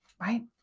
Right